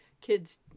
Kids